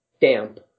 damp